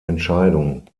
entscheidung